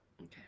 okay